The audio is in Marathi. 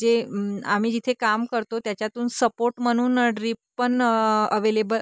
जे आम्ही जिथे काम करतो त्याच्यातून सपोट म्हणून ड्रीप पण अवेलेब